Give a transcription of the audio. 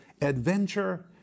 Adventure